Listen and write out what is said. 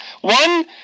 One